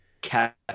cat